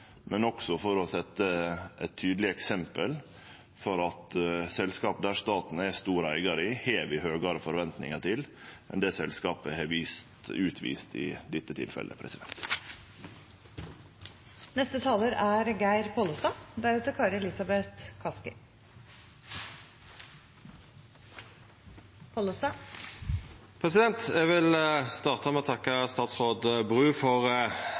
men også for å setje eit tydeleg eksempel for at selskap der staten er ein stor eigar, har vi høgare forventingar til enn det selskapet har vist i dette tilfellet. Eg vil starta med å takka statsråd Bru for utgreiinga. Det er ting i denne saka som er nesten vanskeleg å